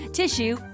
tissue